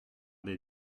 des